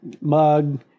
mug